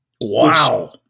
Wow